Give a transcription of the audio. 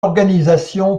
organisation